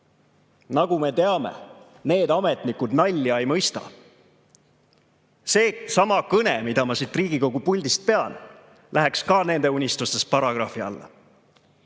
Nagu me teame, need ametnikud nalja ei mõista. Seesama kõne, mida ma siit Riigikogu puldist pean, läheks ka nende unistustes paragrahvi alla.